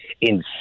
insane